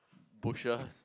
bushers